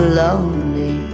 lonely